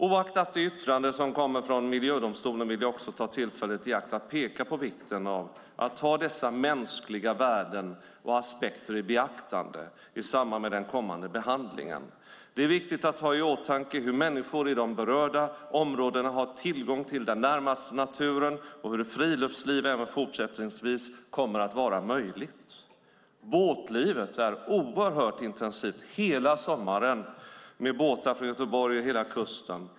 Oavsett vilket yttrande som kommer från miljödomstolen vill vi också ta tillfället i akt att peka på vikten av att ha dessa mänskliga värden och aspekter i beaktande i samband med den kommande behandlingen. Det är viktigt att ha i åtanke hur människor i de berörda områdena har tillgång till den närmaste naturen och hur friluftsliv även fortsättningsvis kommer att vara möjligt. Båtlivet är oerhört intensivt hela sommaren med båtar från Göteborg och hela kusten.